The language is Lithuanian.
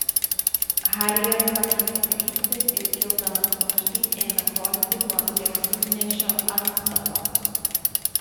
harrier pakeitė kryptį ir kildamas aukštyn ėmė tolti nuo lėktuvnešio antstato